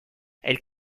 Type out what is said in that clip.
elles